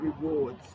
rewards